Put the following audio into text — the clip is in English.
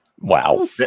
Wow